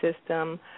system